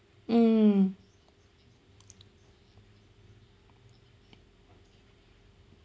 mm